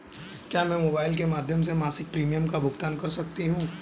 क्या मैं मोबाइल के माध्यम से मासिक प्रिमियम का भुगतान कर सकती हूँ?